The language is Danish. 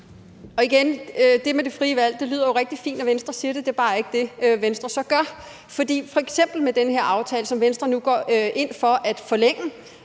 rigtig godt med det frie valg, når Venstre siger det, men det er bare ikke det, som Venstre så gør. For f.eks. den her aftale, som Venstre så går ind for at forlænge,